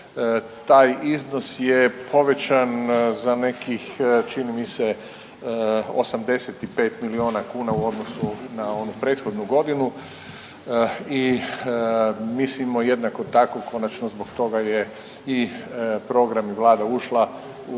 taj iznos je povećan za nekih čini mi se 85 milijuna kuna u odnosu na onu prethodnu godinu i mislimo jednako tako i konačno zbog toga je i program i Vlada ušla u